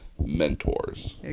mentors